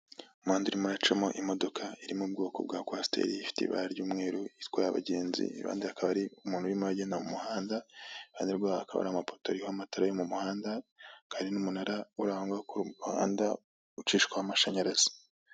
Umuhanda urimo uracamo imodoka iri mu bwoko bwa coaster ifite ibara ry'umweru. itwaye abagenzi iruhande hakaba hari umuntu urimo uragenda mu muhanda. hakurya hakaba amapoto ariho amatara yo mu muhanda, kandi n'umunara uri ahongaho ku muhanda ucishwa amashanyarazi.